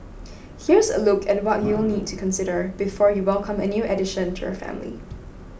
here's a look at what you will need to consider before you welcome a new addition to your family